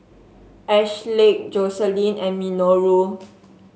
Ashleigh Joseline and Minoru